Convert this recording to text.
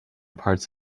parts